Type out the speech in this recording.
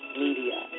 media